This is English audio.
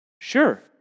Sure